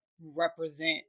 represent